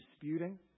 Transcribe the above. disputing